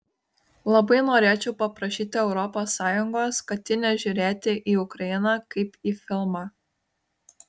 labai norėčiau paprašyti europos sąjungos kad ji nežiūrėti į ukrainą kaip į filmą